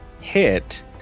hit